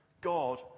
God